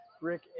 Rick